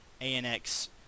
ANX